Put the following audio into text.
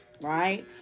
right